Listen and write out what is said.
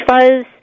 Fuzz